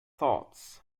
thoughts